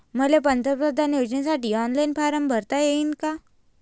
मले पंतप्रधान योजनेसाठी ऑनलाईन फारम भरता येईन का?